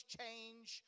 change